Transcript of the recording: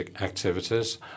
activities